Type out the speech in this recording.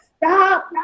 Stop